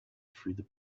through